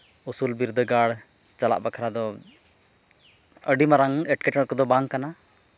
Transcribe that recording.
ᱩᱥᱩᱞ ᱵᱤᱨᱫᱟᱹᱜᱟᱲ ᱪᱟᱞᱟᱜ ᱵᱟᱠᱷᱨᱟ ᱫᱚ ᱟᱹᱰᱤ ᱢᱟᱨᱟᱝ ᱮᱴᱠᱮᱴᱚᱬᱮ ᱠᱚᱫᱚ ᱵᱟᱝ ᱠᱟᱱᱟ